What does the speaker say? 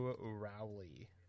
Rowley